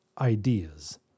ideas